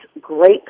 great